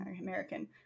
American